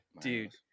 Dude